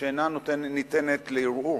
שאינה ניתנת לערעור.